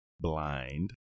Blind